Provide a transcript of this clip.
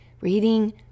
reading